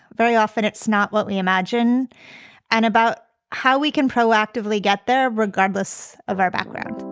very often it's not what we imagine and about how we can proactively get there regardless of our background